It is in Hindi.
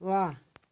वाह